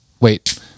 wait